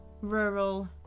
rural